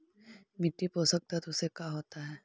मिट्टी पोषक तत्त्व से का होता है?